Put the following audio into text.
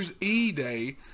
E-Day